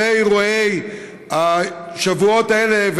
אחרי אירועי השבועות האלה,